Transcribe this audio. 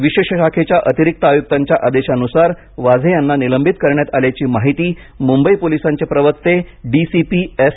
विशेष शाखेच्या अतिरिक्त आयुक्तांच्या आदेशानुसार वाझे यांना निलंबित करण्यात आल्याची माहिती मुंबई पोलिसांचे प्रवक्ते डीसीपी एस